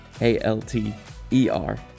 A-L-T-E-R